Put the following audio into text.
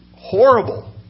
horrible